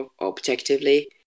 objectively